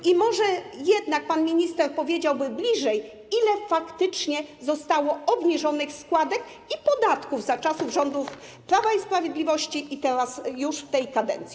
I może jednak pan minister powiedziałby bliżej, ile faktycznie zostało obniżonych składek i podatków za czasów rządów Prawa i Sprawiedliwości i teraz już w tej kadencji.